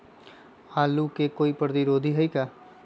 आलू के कोई प्रतिरोधी है का?